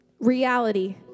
Reality